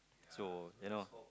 so you know